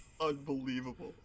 Unbelievable